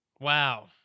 wow